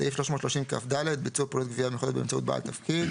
בסעיף 330כד ביצוע פעולות גבייה מיוחדות באמצעות בעל תפקיד,